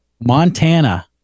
Montana